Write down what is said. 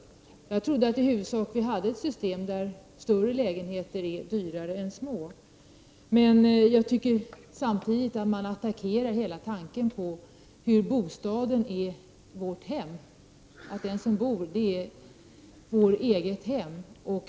Jag trodde att vi hade ett system som i princip innebar att större lägenheter är dyrare än små. Samtidigt anser jag att man attackerar hela tanken att bostaden skall vara vårt eget hem.